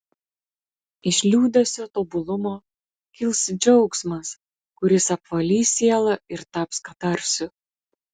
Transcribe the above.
iš liūdesio tobulumo kils džiaugsmas kuris apvalys sielą ir taps katarsiu